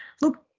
look